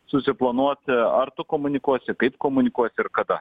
susiplanuosi ar tu komunikuosi kaip komunikuosi ir kada